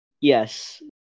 yes